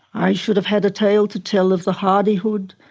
i should have had a tale to tell of the hardihood,